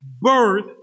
birth